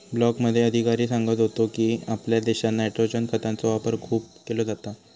ब्लॉकमध्ये अधिकारी सांगत होतो की, आपल्या देशात नायट्रोजन खतांचो वापर खूप केलो जाता